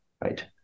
right